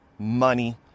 money